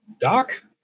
Doc